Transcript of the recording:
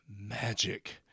magic